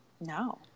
No